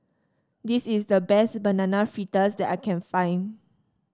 this is the best Banana Fritters that I can find